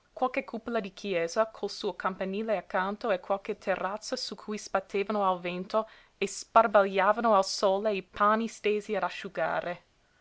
qualche cupola di chiesa col suo campanile accanto e qualche terrazza su cui sbattevano al vento e sbarbagliavano al sole i panni stesi ad asciugare